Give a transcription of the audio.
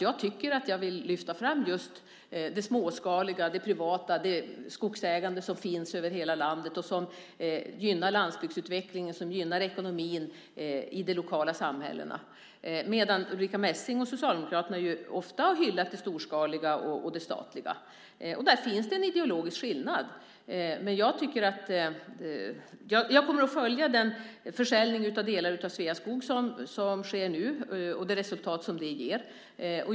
Jag tycker att jag vill lyfta fram just det småskaliga, det privata, det skogsägande som finns över hela landet och som gynnar landsbygdsutvecklingen och ekonomin i de lokala samhällena, medan Ulrica Messing och Socialdemokraterna ofta har hyllat det storskaliga och det statliga. Där finns det en ideologisk skillnad. Jag kommer att följa den försäljning av delar av Sveaskog som sker nu och se det resultat som den ger.